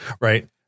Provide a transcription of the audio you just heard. Right